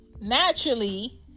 naturally